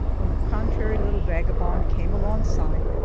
when the contrary little vagabond came alongside,